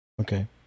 Okay